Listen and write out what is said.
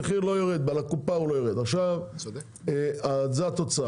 בקופה המחיר לא יורד, זו התוצאה.